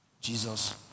Jesus